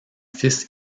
fils